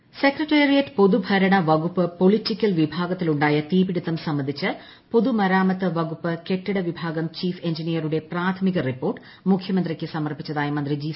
Sudhakaran secretariat പൊതുഭരണവകുപ്പ് political വിഭാഗത്തിലു ണ്ടായ തീ പിടുത്തം സംബന്ധിച്ച് പൊതുമരാമത്ത് വകുപ്പ് കെട്ടിട വിഭാഗം ചീഫ് എഞ്ചിനീയറുടെ പ്രാഥമിക റിപ്പോർട്ട് മുഖ്യമന്ത്രിക്ക് സമർപ്പിച്ചതായി മന്ത്രി ജി